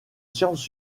sciences